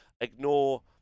ignore